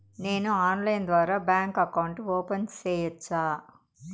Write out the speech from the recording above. నేను ఆన్లైన్ ద్వారా bank account open సేయొచ్చా?